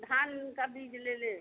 धान का बीज ले लें